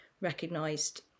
recognised